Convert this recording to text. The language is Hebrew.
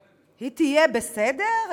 היא תהיה בסדר?